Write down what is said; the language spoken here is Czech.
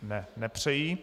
Ne, nepřejí.